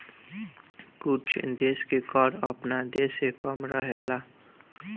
कुछ देश के कर आपना देश से कम रहेला